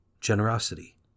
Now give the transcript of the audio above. generosity